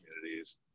communities